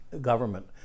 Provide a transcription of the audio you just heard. government